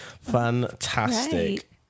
Fantastic